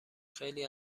خیلی